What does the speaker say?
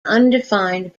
undefined